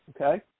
Okay